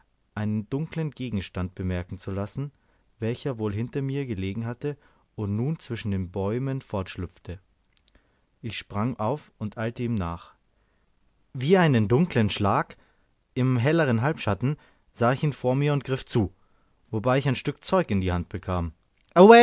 einen dunklen gegenstand bemerken zu lassen welcher wohl hinter mir gelegen hatte und nun zwischen den bäumen fortschlüpfte ich sprang auf und eilte ihm nach wie einen dunklen schlag im helleren halbschatten sah ich ihn vor mir und griff zu wobei ich ein stück zeug in die hand bekam